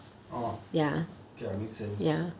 orh okay lah make sense